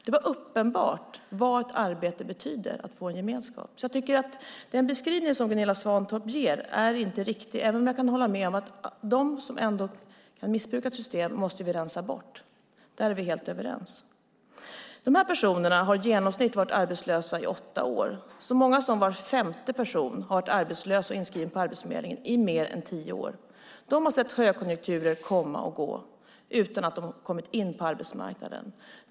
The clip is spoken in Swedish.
Det var uppenbart vad ett arbete betyder för att få en gemenskap. Jag tycker att den beskrivning som Gunilla Svantorp ger inte är riktig, även om jag kan hålla med om att vi måste rensa bort dem som missbrukar ett system. Där är vi helt överens. De här personerna har i genomsnitt varit arbetslösa i åtta år. Så många som var femte person har varit arbetslös och inskriven på Arbetsförmedlingen i mer än tio år. De har sett högkonjunkturer komma och gå utan att de har kommit in på arbetsmarknaden.